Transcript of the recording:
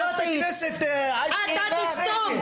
חברת הכנסת עאידה סלימאן --- אתה תסתום.